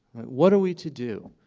what are we to do.